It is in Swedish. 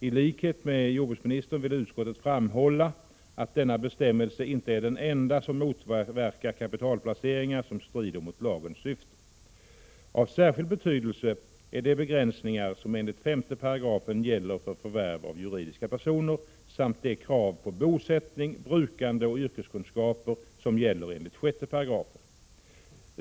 I likhet med jordbruksministern vill utskottet framhålla att denna bestämmelse inte är den enda som motverkar kapitalplaceringar som strider mot lagens syfte. Av särskild betydelse är de begränsningar som enligt 5 § gäller för förvärv av juridiska personer samt de krav på bosättning, brukande och yrkeskunskaper som gäller enligt 6 §.